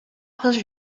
closer